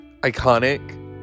Iconic